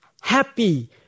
happy